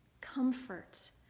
comfort